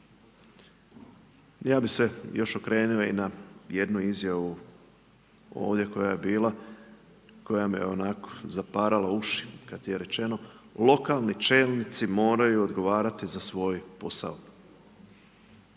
Ja bih se još okrenuo i na jednu izjavu ovdje koja je bila, koja me onako, zaparala uši kada je rečeno, lokalni čelnici moraju odgovarati za svoj posao.